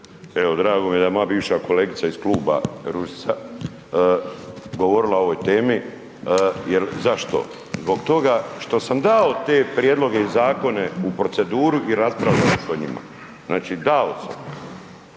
drago mi je da je moja bivša kolegica iz kluba, Ružica, govorila o ovoj temi jer, zašto? Zbog toga što sam dao te prijedloge i zakone u proceduru i raspravljao o njima, znači dao sam.